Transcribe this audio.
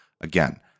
Again